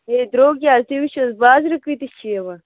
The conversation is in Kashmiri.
ہے دروٚگ کیٛاہ تُہۍ وٕچھِو حَظ بازرٕ کۭتِس چھِ یوان